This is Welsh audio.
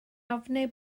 ofni